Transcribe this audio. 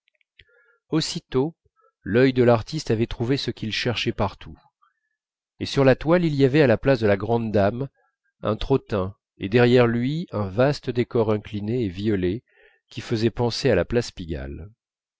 aussitôt l'œil de l'artiste avait trouvé ce qu'il cherchait partout et sur la toile il y avait à la place de la grande dame un trottin et derrière lui un vaste décor incliné et violet qui faisait penser à la place pigalle